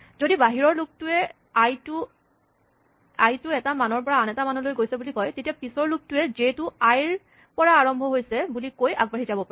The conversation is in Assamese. যদি বাহিৰৰ লুপ টোৱে আই টো এটা মানৰ পৰা আন এটা মানলৈ গৈছে বুলি কয় তেতিয়া পিচৰ লুপ টোৱে জে আই ৰ পৰা আৰম্ভ হৈছে বুলি কৈ আগবাঢ়ি যাব পাৰে